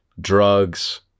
drugs